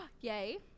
Yay